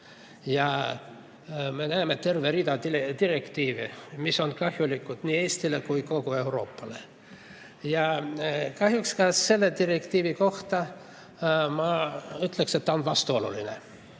Ja me näeme tervet rida direktiive, mis on kahjulikud nii Eestile kui kogu Euroopale. Ja kahjuks ka selle direktiivi kohta ma ütleksin, et ta on vastuoluline.